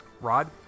Rod